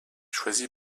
choisi